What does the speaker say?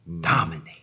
dominate